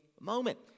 moment